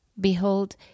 Behold